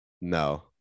No